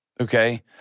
Okay